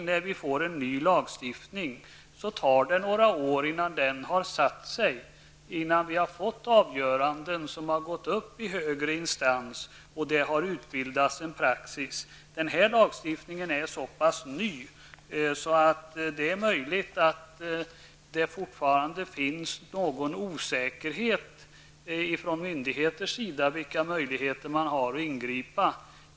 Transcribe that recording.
När vi får en ny lagstiftning tar det alltid några år innan den har satt sig,, dvs. innan vi har fått avgöranden som gått upp i högre instans och det har utbildats en praxis. Den här lagstiftningen är så pass ny att det är möjligt att det fortfarande finns någon osäkerhet från myndigheternas sida när det gäller vilka möjligheter man har att ingripa.